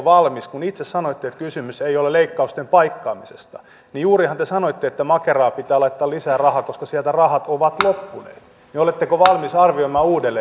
ja kun itse sanoitte että kysymys ei ole leikkausten paikkaamisesta ja juurihan te sanoitte että makeraan pitää laittaa lisää rahaa koska sieltä rahat ovat loppuneet niin oletteko valmis arvioimaan sen uudelleen